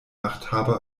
machthaber